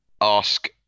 ask